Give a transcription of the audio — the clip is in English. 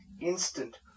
instant